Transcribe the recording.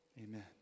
Amen